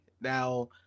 Now